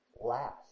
last